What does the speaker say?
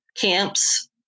camps